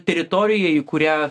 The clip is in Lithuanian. teritorija į kurią